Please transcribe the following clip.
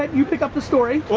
you pick up the story. what?